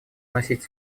вносить